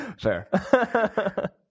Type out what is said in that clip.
Fair